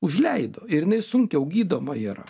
užleido ir jinai sunkiau gydoma yra